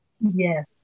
Yes